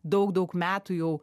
daug daug metų jau